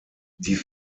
die